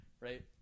right